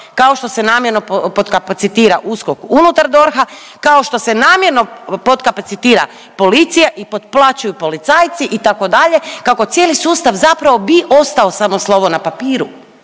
kao što se namjerno potkapacitira USKOK unutar DORH-a, kao što se namjerno potkapacitira policija i potplaćuju policajci itd., kako cijeli sustav zapravo bi ostao samo slovo na papiru